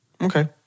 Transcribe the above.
Okay